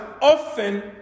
often